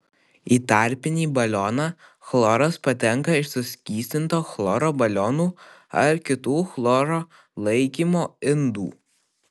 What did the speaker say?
į tarpinį balioną chloras patenka iš suskystinto chloro balionų ar kitų chloro laikymo indų